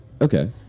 Okay